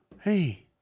Hey